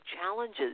challenges